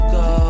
go